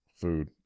food